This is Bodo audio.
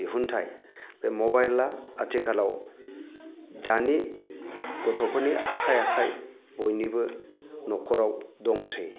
दिहुनथाय बे मबाइला आथिखालाव दानि गथ'फोरनि आखाइ आखाइ बयनिबो न'खराव दंसै